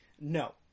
no